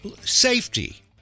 safety